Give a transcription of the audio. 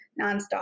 nonstop